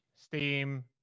Steam